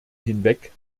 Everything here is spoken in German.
hinweg